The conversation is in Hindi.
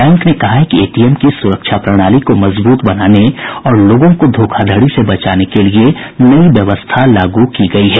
बैंक ने कहा है कि एटीएम की सुरक्षा प्रणाली को मजबूत बनाने और लोगों को धोखाधड़ी से बचाने के लिए नयी व्यवस्था लागू की गयी है